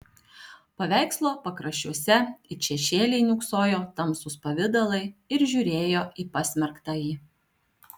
paveikslo pakraščiuose it šešėliai niūksojo tamsūs pavidalai ir žiūrėjo į pasmerktąjį